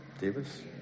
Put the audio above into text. Davis